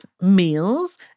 meals